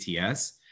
ATS